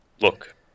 Look